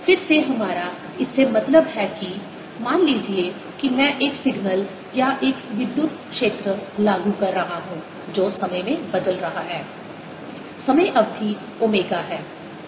फिर से हमारा इससे मतलब है कि मान लीजिए कि मैं एक सिग्नल या एक विद्युत क्षेत्र लागू कर रहा हूं जो समय में बदल रहा है समय अवधि ओमेगा है